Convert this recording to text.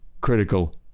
critical